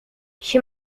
she